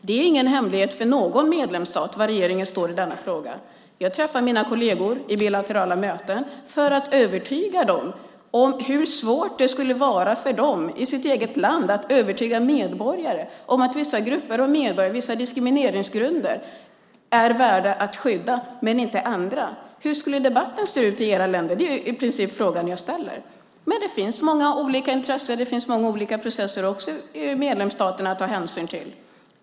Det är ingen hemlighet för någon medlemsstat var regeringen står i denna fråga. Jag träffar mina kolleger i bilaterala möten för att övertyga dem om hur svårt det skulle vara för dem att övertyga sina egna medborgare om att vissa grupper och diskrimineringsgrunder är värda att skydda men inte andra. Hur skulle debatten se ut i era länder? Det är i princip den fråga jag ställer. Det finns dock många olika intressen och även processer i medlemsstaterna att ta hänsyn till.